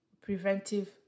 preventive